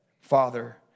Father